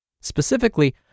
Specifically